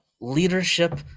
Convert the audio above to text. leadership